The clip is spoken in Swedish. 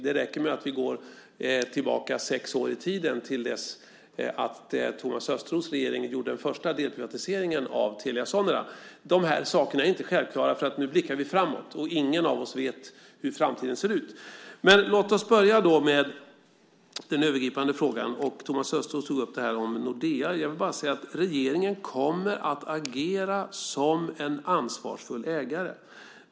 Det räcker med att vi går tillbaka sex år i tiden till dess att Thomas Östros regering gjorde en första delprivatisering av Telia Sonera. De här sakerna är inte självklara, för nu blickar vi framåt, och ingen av oss vet hur framtiden ser ut. Men låt oss då börja med den övergripande frågan. Thomas Östros tog upp Nordea. Jag vill bara säga att regeringen kommer att agera som en ansvarsfull ägare.